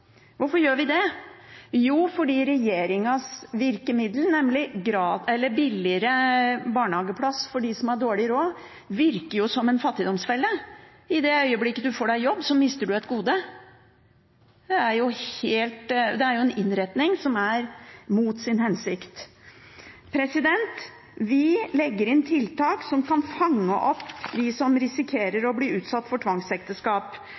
Hvorfor gjør vi det? Jo, fordi regjeringens virkemiddel, nemlig billigere barnehageplass for dem som har dårlig råd, virker som en fattigdomsfelle. I det øyeblikket man får seg jobb, mister man et gode. Det er en innretning som er mot sin hensikt. Vi legger inn tiltak som kan fange opp dem som risikerer å bli utsatt for tvangsekteskap.